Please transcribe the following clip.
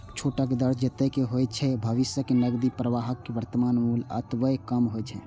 छूटक दर जतेक होइ छै, भविष्यक नकदी प्रवाहक वर्तमान मूल्य ओतबे कम होइ छै